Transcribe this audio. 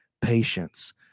patience